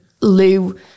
Lou